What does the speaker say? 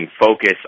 focus